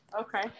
Okay